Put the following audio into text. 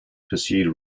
pursued